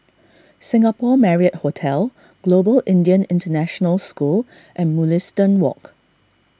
Singapore Marriott Hotel Global Indian International School and Mugliston Walk